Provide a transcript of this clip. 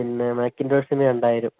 പിന്നെ മാക്കിൻറോഷിന് രണ്ടായിരം